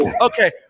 Okay